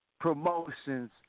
promotions